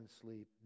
sleep